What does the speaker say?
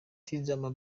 tizama